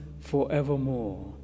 forevermore